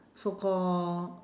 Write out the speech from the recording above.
so call